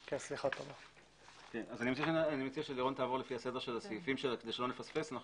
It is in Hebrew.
אני מציע שלירון תעבור לפי סדר הסעיפים כדי שלא נפספס.